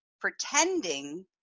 pretending